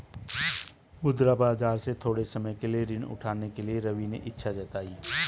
मुद्रा बाजार से थोड़े समय के लिए ऋण उठाने के लिए रवि ने इच्छा जताई